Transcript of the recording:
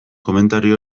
komentario